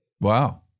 Wow